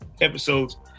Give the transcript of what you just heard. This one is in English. episodes